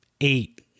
eight